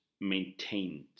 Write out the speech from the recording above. maintained